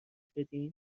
بدین